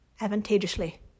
advantageously